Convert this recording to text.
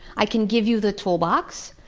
i can give you the toolbox,